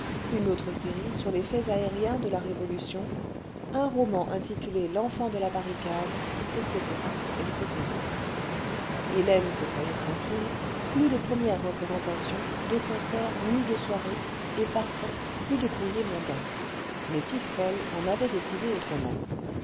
une autre série sur les faits aériens de la révolution un roman intitulé venfant de la barricade etc etc hélène se croyait tranquille plus de premières représentations de concerts ni de soirées et partant plus de courrier mondain mais piquefol en avait décidé autrement